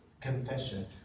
confession